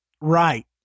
Right